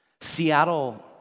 Seattle